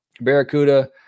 barracuda